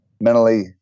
mentally